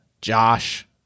Josh